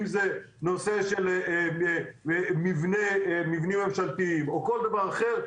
אם זה בנושא של מבנים ממשלתיים או כל דבר אחר,